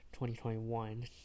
2021